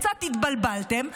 קצת התבלבלתם,